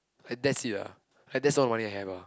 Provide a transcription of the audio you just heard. like that's it ah like that's all the money I have ah